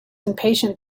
impatient